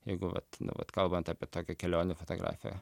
jeigu vat vat kalbant apie tokią kelionių fotografiją